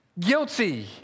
Guilty